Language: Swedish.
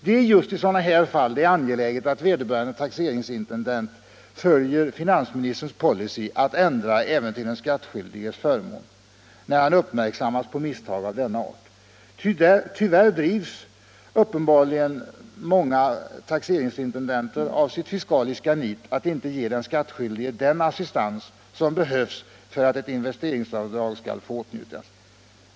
Det är just i sådana här fall det är angeläget att vederbörande taxeringsintendent följer finansministerns policy att ändra även till den skattskyldiges förmån, när han uppmärksammas på misstag av denna art. Tyvärr drivs uppenbarligen många taxeringsintendenter av sitt fiskaliska nit att inte ge den skattskyldige den assistans som behövs för att ett investeringsavdrag skall få åtnjutas.